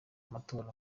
amatora